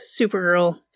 Supergirl